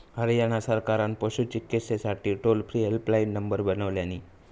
हरयाणा सरकारान पशू चिकित्सेसाठी टोल फ्री हेल्पलाईन नंबर बनवल्यानी